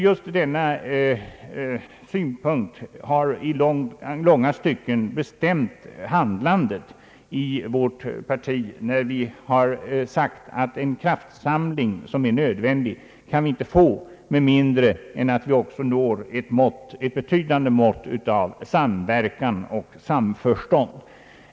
Just denna synpunkt har i långa stycken bestämt handlandet i vårt parti när vi har sagt att vi inte kan få den nödvändiga kraftsamlingen med mindre än att vi också når ett betydande mått av samverkan och samförstånd.